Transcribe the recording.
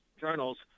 journals